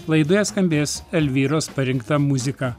laidoje skambės elvyros parinkta muzika